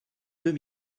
deux